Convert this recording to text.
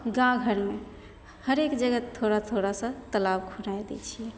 गाँव घरमे हरेक जगह थोड़ा थोड़ा सा तलाब खुनाए दै छियै